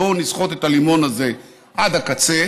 בואו נסחט את הלימון הזה עד הקצה